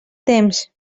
temps